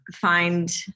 find